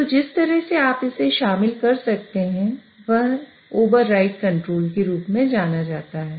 तो जिस तरह से आप इसे शामिल कर सकते हैं वह ओवरराइड कंट्रोल के रूप में जाना जाता है